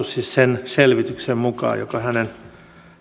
siis sen selvityksen mukaan jonka